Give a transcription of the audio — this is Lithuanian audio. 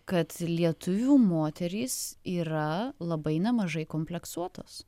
kad lietuvių moterys yra labai nemažai kompleksuotos